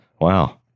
Wow